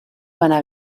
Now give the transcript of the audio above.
bona